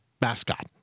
mascot